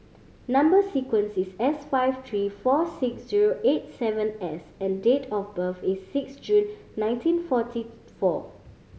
number sequence is S five three four six zero eight seven S and date of birth is six June nineteen forty four